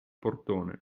portone